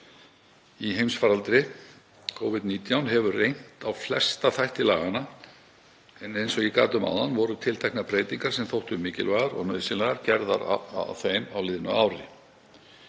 í heimsfaraldrinum. Covid-19 hefur reynt á flesta þætti laganna en eins og ég gat um áðan voru tilteknar breytingar, sem þóttu mikilvægar og nauðsynlegar, gerðar á þeim á liðnu ári.